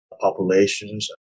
populations